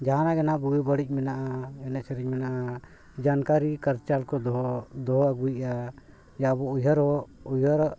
ᱡᱟᱦᱟᱱᱟᱜ ᱜᱮ ᱵᱩᱜᱤ ᱵᱟᱹᱲᱤᱡ ᱢᱮᱱᱟᱜᱼᱟ ᱮᱱᱮᱡ ᱥᱮᱨᱮᱧ ᱢᱮᱱᱟᱜᱼᱟ ᱡᱟᱱᱠᱟᱨᱤ ᱠᱟᱞᱪᱟᱨ ᱠᱚ ᱫᱚᱦᱚ ᱫᱚᱦᱚ ᱟᱹᱜᱩᱭᱮᱜᱼᱟ ᱡᱮ ᱟᱵᱚ ᱩᱭᱦᱟᱹᱨᱚᱜ ᱩᱭᱦᱟᱹᱨᱚᱜ